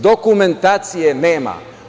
Dokumentacije nema.